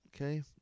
okay